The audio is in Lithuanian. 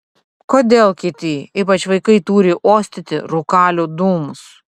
kodėl kiti ypač vaikai turi uostyti rūkalių dūmus